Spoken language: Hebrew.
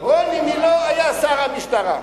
רוני מילוא היה שר המשטרה.